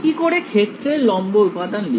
কি করে ক্ষেত্রের লম্ব উপাদান লিখব